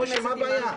מה הבעיה?